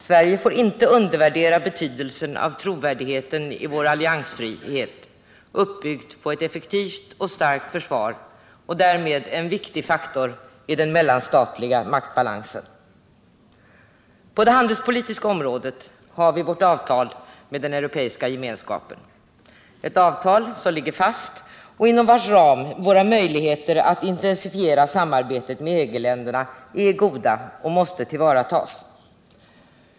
Sverige får inte undervärdera betydelsen av trovärdigheten i vår alliansfrihet, uppbyggd på ett effektivt och starkt försvar och därmed en viktig faktor i den mellanstatliga maktbalansen. På det handelspolitiska området har vi vårt avtal med den europeiska gemenskapen. Det är ett avtal som ligger fast och inom vars ram våra möjligheter att intensifiera samarbetet med EG-länderna är goda och måste tillvaratas.